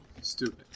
stupid